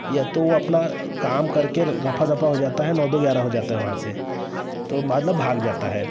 या तो वह अपना काम करके रफा दफा हो जाता है नौ दो ग्यारह हो जाता है वहाँ से